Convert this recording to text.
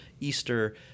Easter